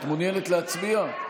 את מעוניינת להצביע?